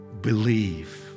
Believe